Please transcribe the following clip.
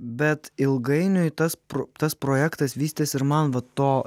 bet ilgainiui tas tas projektas vystėsi ir man vat to